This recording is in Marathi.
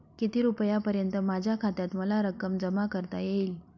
किती रुपयांपर्यंत माझ्या खात्यात मला रक्कम जमा करता येईल?